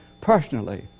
personally